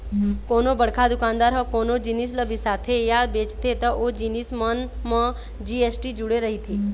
कोनो बड़का दुकानदार ह कोनो जिनिस ल बिसाथे या बेचथे त ओ जिनिस मन म जी.एस.टी जुड़े रहिथे